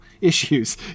issues